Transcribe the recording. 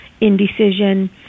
indecision